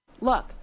look